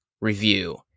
review